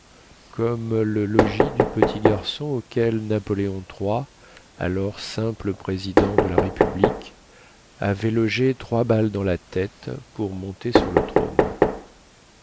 comme le logis du petit garçon auquel napoléon iii alors simple président de la république avait logé trois balles dans la tête pour monter sur le trône